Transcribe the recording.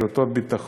על אותו ביטחון,